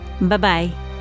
Bye-bye